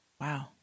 Wow